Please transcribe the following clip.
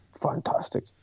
fantastic